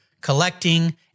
collecting